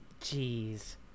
Jeez